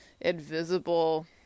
invisible